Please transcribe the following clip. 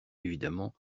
évidemment